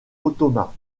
ottoman